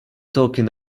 talking